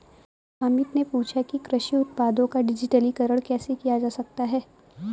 अमित ने पूछा कि कृषि उत्पादों का डिजिटलीकरण कैसे किया जा सकता है?